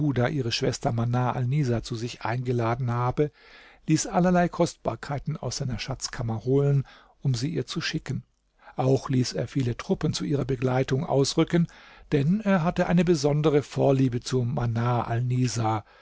ihre schwester manar alnisa zu sich eingeladen habe ließ allerlei kostbarkeiten aus seiner schatzkammer holen um sie ihr zu schicken auch ließ er viele truppen zu ihrer begleitung ausrücken denn er hatte eine besondere vorliebe zu manar alnisa